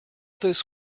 this